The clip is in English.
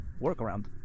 Workaround